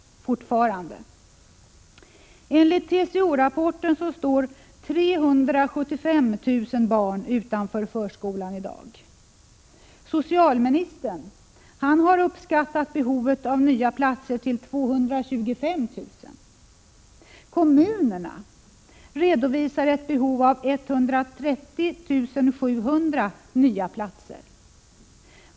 Enligt TCO-rapporten står 375 000 barn utanför förskolan i dag. Biträdande socialministern har uppskattat behovet av nya platser till 225 000. Kommunerna redovisar ett behov av 130 700 nya platser.